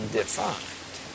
defined